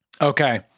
Okay